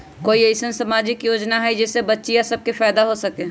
कोई अईसन सामाजिक योजना हई जे से बच्चियां सब के फायदा हो सके?